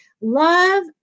Love